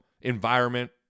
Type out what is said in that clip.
environment